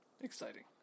exciting